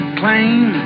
claim